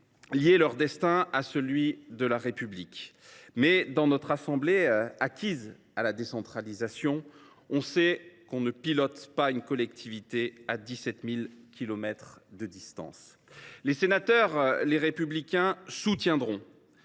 lier leur destin à celui de la République. Mais, dans notre assemblée, acquise à la décentralisation, nous savons qu’on ne pilote pas une collectivité à 17 000 kilomètres de distance. Les sénateurs du groupe Les Républicains soutiendront